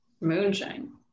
moonshine